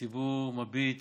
שהציבור מביט,